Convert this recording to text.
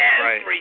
right